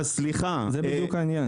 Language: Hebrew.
זה בדיוק העניין.